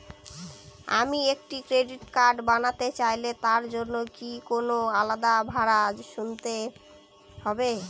আমি একটি credit card বানাতে চাইলে তার জন্য কি কোনো আলাদা ভাড়া গুনতে হবে?